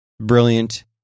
Brilliant